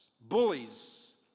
bullies